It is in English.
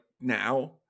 now